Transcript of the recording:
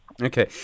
Okay